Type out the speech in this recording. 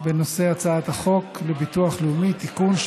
בנושא הצעת חוק הביטוח לאומי (תיקון,